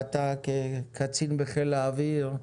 אתה כקצין בחיל האוויר,